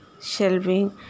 shelving